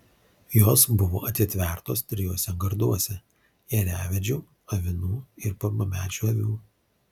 jos buvo atitvertos trijuose garduose ėriavedžių avinų ir pirmamečių avių